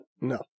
No